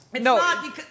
No